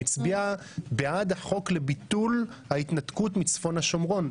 הצביעה בעד החוק לביטול ההתנתקות מצפון השומרון.